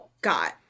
got